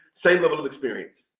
same level of experience,